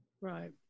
Right